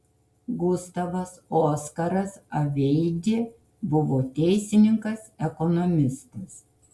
gustavas oskaras aveidė buvo teisininkas ekonomistas